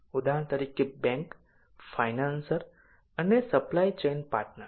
ઉદાહરણ તરીકે bank financer અને સપ્લાય ચેઇન પાર્ટનર